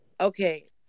Okay